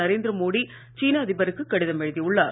நரேந்திர மோடி சீன அதிபருக்கு கடிதம் எழுதியுள்ளார்